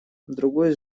другой